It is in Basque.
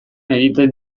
egiten